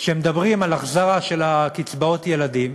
כשמדברים על החזרה של קצבאות הילדים,